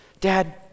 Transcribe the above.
Dad